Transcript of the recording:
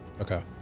Okay